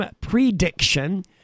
Prediction